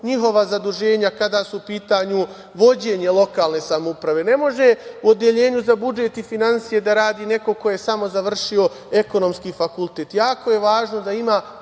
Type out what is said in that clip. njihova zaduženja, kada je u pitanju vođenje lokalne samouprave. Ne može u odeljenju za budžet i finansije da radi neko ko je samo završio ekonomski fakultet, jako je važno da ima